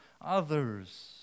others